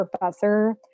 professor